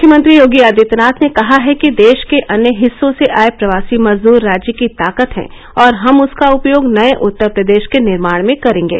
मुख्यमंत्री योगी आदित्यनाथ ने कहा है कि देश के अन्य हिस्सों से आये प्रवासी मजदूर राज्य की ताकत हैं और हम उसका उपयोग नये उत्तर प्रदेश के निर्माण में करेंगे